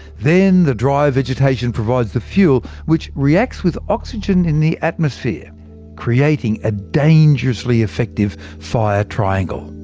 then the dry vegetation provides the fuel, which reacts with oxygen in the atmosphere creating a dangerously effective fire triangle.